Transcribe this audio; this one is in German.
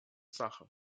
sache